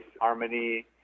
harmony